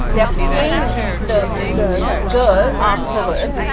they're paying the the girl afterwards